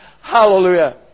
Hallelujah